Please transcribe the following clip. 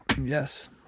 Yes